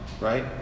right